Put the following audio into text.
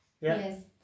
Yes